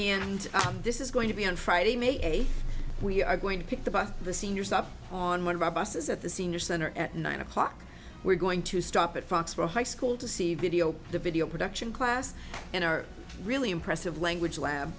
and i'm this is going to be on friday may eighth we are going to pick the bus the seniors up on one of our buses at the senior center at nine o'clock we're going to stop at foxboro high school to see video the video production class and our really impressive language lab